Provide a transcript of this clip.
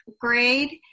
grade